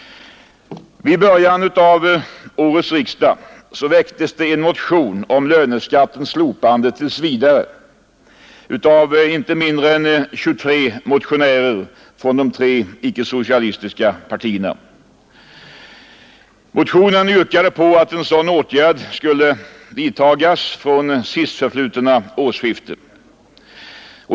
Vid början av årets riksdag väcktes en motion om löneskattens slopande tills vidare av inte mindre än 23 ledamöter från de tre icke-socialistiska partierna. I motionen yrkades att en sådan åtgärd skulle vidtagas med verkan från sistförflutna årsskifte.